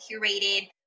curated